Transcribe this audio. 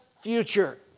future